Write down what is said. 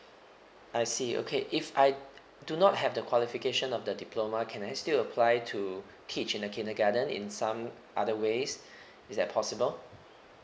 I see okay if I do not have the qualification of the diploma can I still apply to teach in the kindergarten in some other ways is that possible